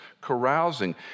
carousing